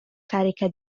carica